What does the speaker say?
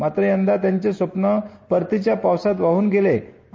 मात्र त्यांचे स्वप्न परतीच्या पावसात वाहून गेले आहे